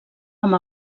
amb